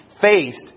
faced